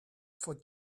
for